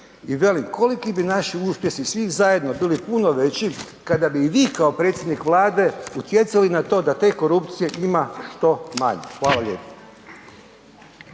I velim, koliki bi naši uspjesi svih zajedno bili puno veći kada bi i vi kao predsjednik Vlade utjecali na to da te korupcije ima što manje. Hvala lijepo.